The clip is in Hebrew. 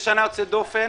יוצאת דופן,